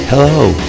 Hello